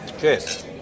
Cheers